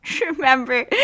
remember